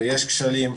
ויש כשלים,